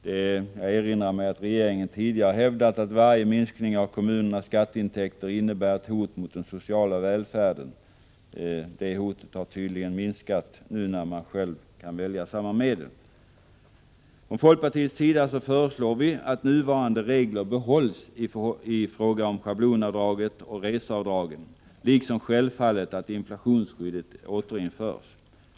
Jag erinrar mig att regeringen tidigare hävdat att varje minskning av kommunernas skatteintäkter innebär ett hot mot den sociala välfärden. Det hotet tycks nu tydligen ha minskat när man själv kan välja samma medel. Vi från folkpartiets sida föreslår att nuvarande regler behålls i fråga om schablonavdrag och reseavdrag, liksom självfallet att inflationsskyddet återinförs.